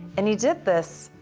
and he did this